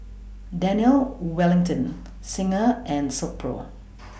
Daniel Wellington Singha and Silkpro